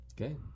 Okay